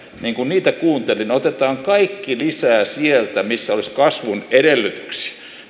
kun niitä kuunteli niin otetaan kaikki lisää sieltä missä olisi kasvun edellytyksiä